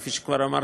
כפי שכבר אמרתי,